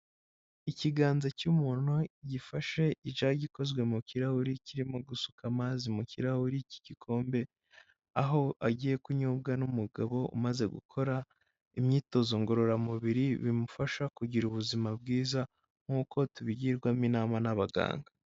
Ikiganza cy'umuntu gifashe ijagi ikozwe mu kirahuri, kirimo gusuka amazi mu kirahuri cy'igikombe, aho agiye kunyobwa n'umugabo umaze gukora imyitozo ngororamubiri bimufasha kugira ubuzima bwiza nk'uko tubigirwamo inama n'abaganga.